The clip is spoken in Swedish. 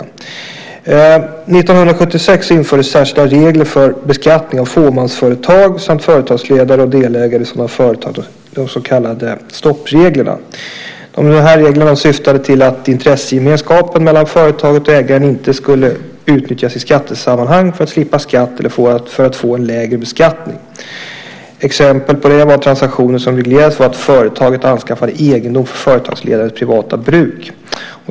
År 1976 infördes särskilda regler för beskattning av fåmansföretag samt företagsledare och delägare i sådana företag, de så kallade stoppreglerna. Reglerna syftade till att intressegemenskapen mellan företaget och ägaren inte skulle utnyttjas i skattesammanhang för att slippa skatt eller för att få en lägre beskattning. Exempel på det var transaktioner som reglerades för att företaget anskaffade egendom för företagsledarens privata bruk.